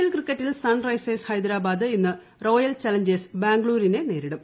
L ക്രിക്കറ്റിൽ Sunrisers Hyderabad ഇന്ന് Royal Challengers ബാംഗ്ലൂരിനെ നേരിടും